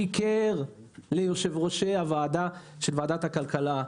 סליחה על הביטוי שיקרו ליושבי ראש ועדת הכלכלה.